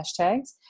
hashtags